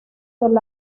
del